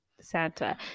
santa